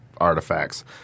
artifacts